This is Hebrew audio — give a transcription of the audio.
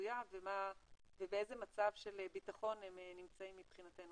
שצפויה ובאיזה מצב של ודאות הם נמצאים מבחינתנו,